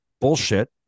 Bullshit